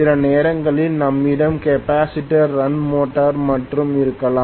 சில நேரங்களில் நம்மிடம் கெப்பாசிட்டர் ரன் மோட்டார் மட்டுமே இருக்கலாம்